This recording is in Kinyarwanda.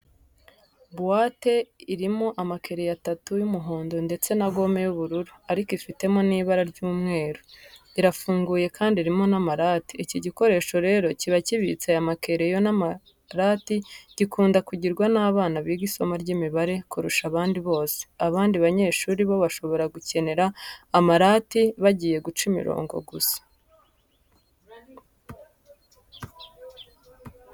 Buwate irimo amakereyo atatu y'umuhondo ndetse na gome y'ubururu ariko ifitemo n'ibara ry'umweru, irafunguye kandi irimo n'amarati. Iki gikoresho rero kiba kibitse aya makereyo n'amarati gikunda kugirwa n'abana biga isomo ry'imibare kurusha abandi bose. Abandi banyeshuri bo bashobora gukenera amarati bagiye guca imirongo gusa.